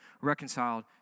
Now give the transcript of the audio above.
reconciled